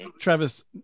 Travis